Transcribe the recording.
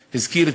הזכיר,